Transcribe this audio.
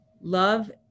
Love